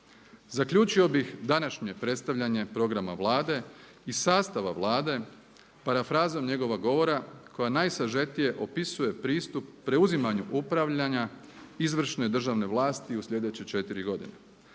Zaključio bi današnje predstavljanje programa Vlade i sastava Vlade parafrazom njegova govora koja najsažetije opisuje pristup preuzimanju upravljanja izvršne državne vlasti u slijedeće četiri godine.